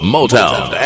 Motown